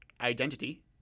identity